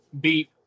beat